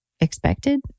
expected